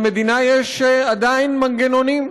למדינה עדיין יש מנגנונים,